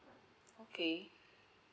okay